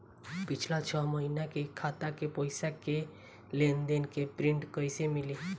पिछला छह महीना के खाता के पइसा के लेन देन के प्रींट कइसे मिली?